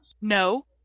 No